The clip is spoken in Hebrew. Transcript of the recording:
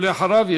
ואחריו,